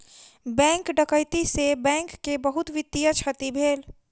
bank डकैती से bank के बहुत वित्तीय क्षति भेल